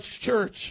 church